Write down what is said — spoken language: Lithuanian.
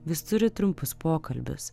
vis turi trumpus pokalbius